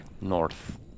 north